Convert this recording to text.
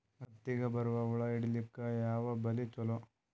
ಹತ್ತಿಗ ಬರುವ ಹುಳ ಹಿಡೀಲಿಕ ಯಾವ ಬಲಿ ಚಲೋ?